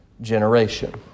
generation